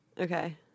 Okay